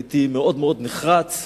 הייתי מאוד נחרץ,